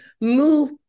move